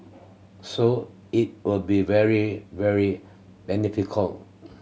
so it will be very very beneficial